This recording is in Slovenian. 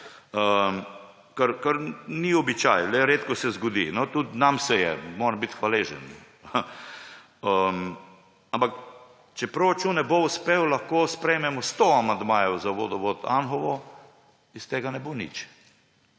kar ni običaj. Le redko se zgodi. No, tudi nam se je, moram biti hvaležen. Ampak če proračun ne bo uspel, lahko sprejmemo sto amandmajev za vodovod Anhovo, iz tega ne bo nič.